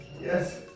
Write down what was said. Yes